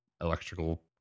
electrical